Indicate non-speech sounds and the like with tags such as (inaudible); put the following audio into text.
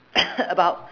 (coughs) about